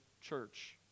church